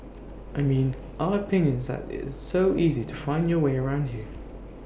I mean our opinion is that it's so easy to find your way around here